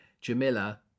Jamila